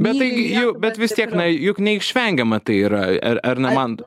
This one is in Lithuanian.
bet tai jų bet vis tiek na juk neišvengiama tai yra er ernemantu